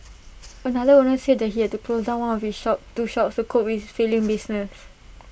another owner said that he had to close down one of his shop two shops to cope with his failing business